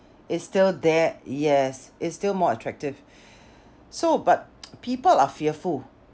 it's still there yes it's still more attractive so but people are fearful